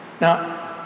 Now